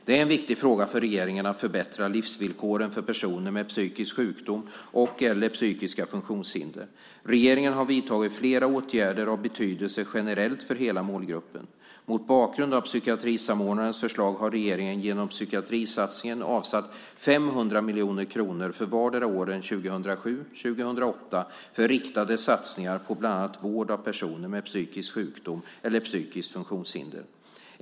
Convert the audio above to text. Det är en viktig fråga för regeringen att förbättra livsvillkoren för personer med psykisk sjukdom eller psykiska funktionshinder. Regeringen har vidtagit flera åtgärder av betydelse generellt för hela målgruppen. Mot bakgrund av psykiatrisamordnarens förslag har regeringen genom psykiatrisatsningen avsatt 500 miljoner kronor för vardera åren 2007 och 2008 för riktade satsningar på bland annat vård av personer med psykisk sjukdom eller psykiskt funktionshinder.